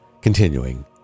continuing